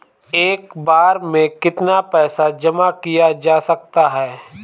एक बार में कितना पैसा जमा किया जा सकता है?